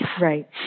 Right